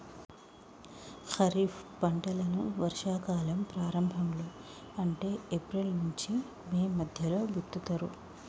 ఖరీఫ్ పంటలను వర్షా కాలం ప్రారంభం లో అంటే ఏప్రిల్ నుంచి మే మధ్యలో విత్తుతరు